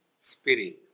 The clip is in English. spirit